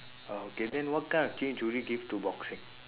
ah okay then what kind of change will you give to boxing